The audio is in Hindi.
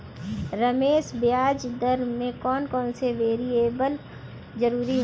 रमेश ब्याज दर में कौन कौन से वेरिएबल जरूरी होते हैं?